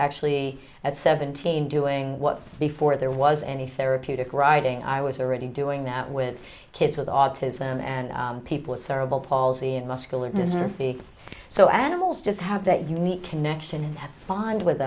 actually at seventeen doing what before there was any therapeutic riding i was already doing that with kids with autism and people with cerebral palsy and muscular dystrophy so animals just have that unique connection find with